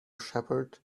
shepherd